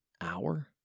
hour